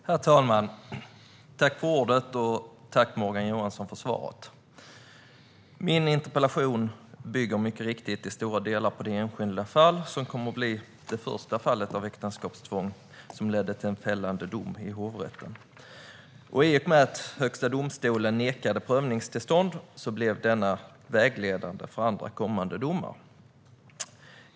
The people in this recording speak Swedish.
Herr talman! Tack, Morgan Johansson, för svaret! Min interpellation bygger mycket riktigt i stora delar på det enskilda fall som kom att bli det första fallet av äktenskapstvång som ledde till en fällande dom i hovrätten. I och med att Högsta domstolen nekade prövningstillstånd blev denna dom vägledande för andra kommande domar.